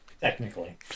Technically